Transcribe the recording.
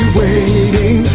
waiting